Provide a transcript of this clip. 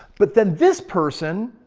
but then this person,